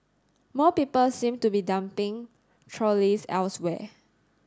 more people seem to be dumping trolleys elsewhere